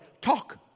Talk